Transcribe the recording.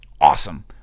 Awesome